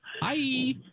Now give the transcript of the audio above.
Hi